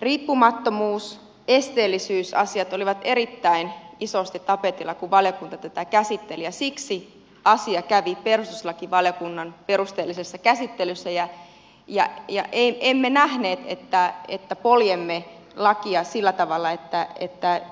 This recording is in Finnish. riippumattomuus esteellisyysasiat olivat erittäin isosti tapetilla kun valiokunta tätä käsitteli ja siksi asia kävi perustuslakivaliokunnan perusteellisessa käsittelyssä ja emme nähneet että poljemme lakia sillä tavalla että